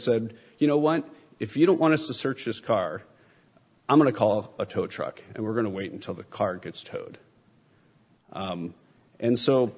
said you know what if you don't want to search this car i'm going to call a tow truck and we're going to wait until the car gets towed and so